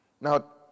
Now